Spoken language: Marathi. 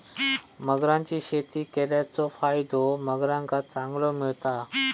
मगरांची शेती केल्याचो फायदो मगरांका चांगलो मिळता